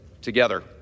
together